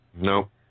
No